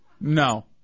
No